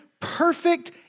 Perfect